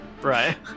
Right